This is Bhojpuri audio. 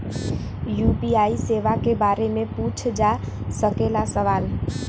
यू.पी.आई सेवा के बारे में पूछ जा सकेला सवाल?